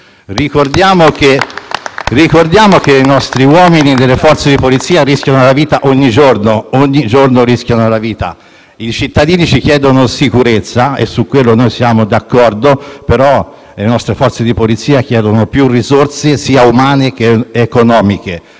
Ricordiamo che i nostri uomini delle Forze di polizia rischiano la vita ogni giorno. I cittadini ci chiedono sicurezza - e su quello siamo d'accordo - ma le nostre Forze di polizia chiedono più risorse sia umane che economiche.